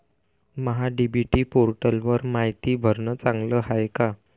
महा DBT पोर्टलवर मायती भरनं चांगलं हाये का?